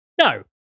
no